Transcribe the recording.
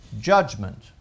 judgment